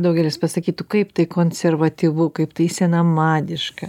daugelis pasakytų kaip tai konservatyvu kaip tai senamadiška